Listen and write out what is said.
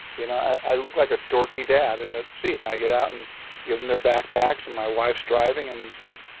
you know i look like a dorky dad in the seat, and i get out and give them their backpacks, and my wife's driving. and like